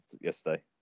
yesterday